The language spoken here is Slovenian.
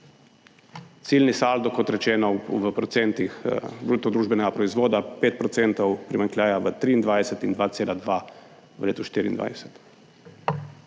ciljni saldo, kot rečeno, v procentih bruto družbenega proizvoda, 5 % primanjkljaja v 2023 in 2,2 v letu 2024.